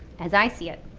as i see it,